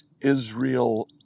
Israel